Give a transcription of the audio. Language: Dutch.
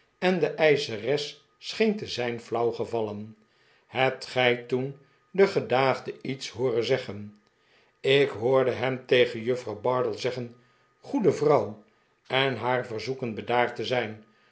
en de eischeres scheen te zijn flauw gevallen hebt gij toen den gedaagde iets hooren zeggen ik hoorde hem tegen juffrouw bardell zeggen goede yrouw en haar verzoeken bedaard te zijn